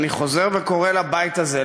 אני חוזר וקורא לבית הזה,